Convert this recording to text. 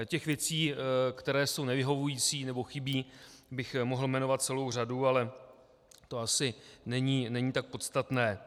Těch věcí, které jsou nevyhovující nebo chybí, bych mohl jmenovat celou řadu, ale to asi není tak podstatné.